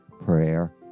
prayer